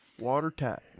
Watertight